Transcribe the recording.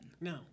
No